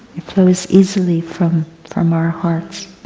it flows easily from from our hearts.